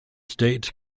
states